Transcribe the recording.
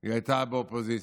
היא הייתה באופוזיציה.